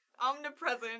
omnipresent